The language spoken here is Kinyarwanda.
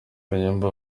kayumba